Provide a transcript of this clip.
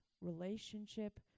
relationship